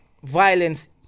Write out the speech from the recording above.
Violence